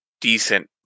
decent